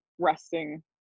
resting